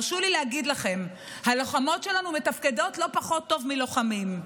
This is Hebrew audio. הרשו לי להגיד לכם: הלוחמות שלנו מתפקדות לא פחות טוב מלוחמים.